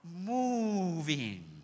moving